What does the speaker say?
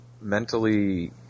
mentally